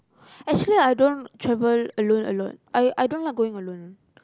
actually I don't travel alone a lot I I don't like going alone